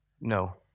No